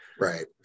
Right